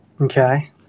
Okay